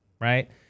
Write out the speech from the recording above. right